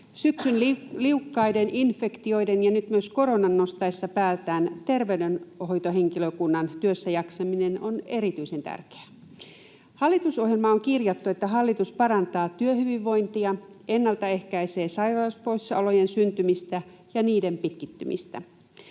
Syksyn liukkaiden, infektioiden ja nyt myös koronan nostaessa päätään terveydenhoitohenkilökunnan työssäjaksaminen on erityisen tärkeää. Hallitusohjelmaan on kirjattu, että hallitus parantaa työhyvinvointia, ennaltaehkäisee sairauspoissaolojen syntymistä ja niiden pitkittymistä.